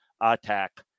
attack